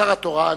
השר התורן,